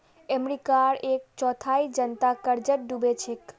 अमेरिकार एक चौथाई जनता कर्जत डूबे छेक